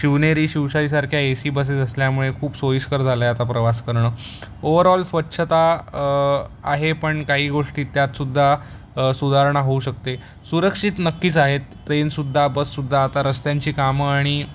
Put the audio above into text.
शिवनेरी शिवशाहीसारख्या A C buses असल्यामुळे खूप सोयीस्कर झालंय आता प्रवास करणं ओव्हरऑल स्वच्छता आहे पण काही गोष्टी त्यातसुद्धा सुधारणा होऊ शकते सुरक्षित नक्कीच आहेत ट्रेनसुद्धा बससुद्धा आता रस्त्यांची कामं आणि